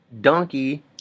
Donkey